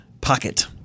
Pocket